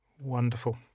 Wonderful